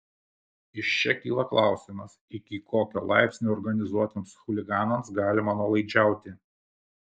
iš čia kyla klausimas iki kokio laipsnio organizuotiems chuliganams galima nuolaidžiauti